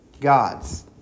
gods